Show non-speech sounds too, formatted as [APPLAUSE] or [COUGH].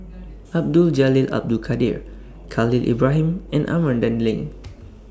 [NOISE] Abdul Jalil Abdul Kadir Khalil Ibrahim and Amanda Heng